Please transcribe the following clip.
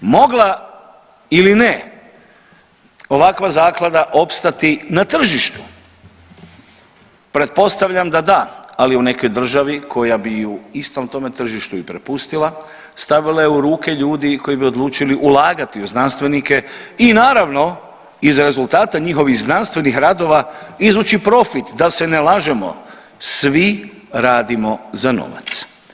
Mogla ili ne ovakva zaklada opstati na tržištu pretpostavljam da da, ali u nekoj državi koja bi ju istom tome tržištu i prepustila, stavila je u ruke ljudi koji bi odlučili ulagati u znanstvenike i naravno iz rezultata njihovih znanstvenih radova izvući profit, da se ne lažemo svi radimo za novac.